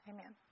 Amen